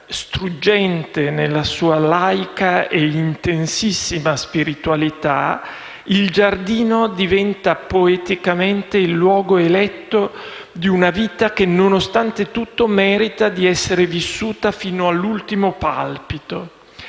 struggente nella sua laica e intensissima spiritualità, il giardino diventa poeticamente il luogo eletto di una vita che, nonostante tutto, merita di essere vissuta fino all'ultimo palpito;